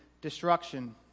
destruction